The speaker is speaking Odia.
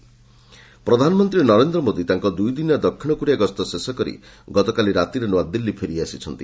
ପିଏମ୍ ଆରାଇଭ୍ଡ୍ ପ୍ରଧାନମନ୍ତ୍ରୀ ନରେନ୍ଦ୍ର ମୋଦି ତାଙ୍କ ଦୁଇଦିନିଆ ଦକ୍ଷିଣ କୋରିଆ ଗସ୍ତ ଶେଷ କରି ଗତକାଲି ରାତିରେ ନୂଆଦିଲ୍ଲୀ ଫେରିଆସିଛନ୍ତି